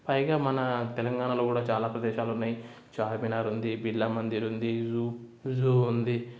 పైగా మన తెలంగాణలో కూడా చాలా ప్రదేశాలు ఉన్నాయి చార్మినార్ ఉంది బిర్లా మందిర్ ఉంది జూ జూ ఉంది